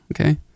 Okay